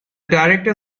director